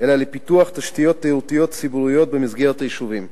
אלא בפיתוח תשתיות תיירותיות ציבוריות במסגרת היישובים.